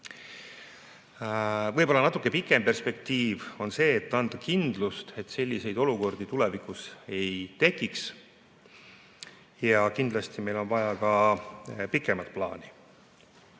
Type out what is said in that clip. võib-olla natuke pikem perspektiiv on see, et anda kindlust, et selliseid olukordi tulevikus ei teki, ja kindlasti on meil vaja ka pikemat plaani. Kui